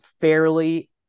fairly